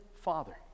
father